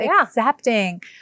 accepting